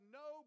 no